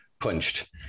Punched